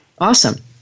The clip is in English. Awesome